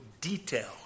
detail